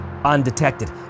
Undetected